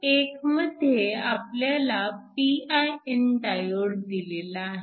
1 मध्ये आपल्याला pin diode दिलेला आहे